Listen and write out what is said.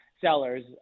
sellers